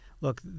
look